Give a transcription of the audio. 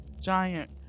giant